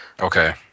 Okay